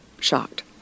shocked